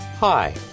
Hi